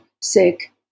sick